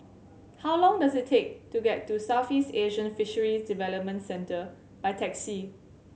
how long does it take to get to Southeast Asian Fisheries Development Centre by taxi